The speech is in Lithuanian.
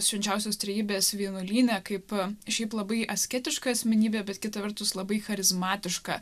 švenčiausios trejybės vienuolyne kaip šiaip labai asketiška asmenybė bet kita vertus labai charizmatiška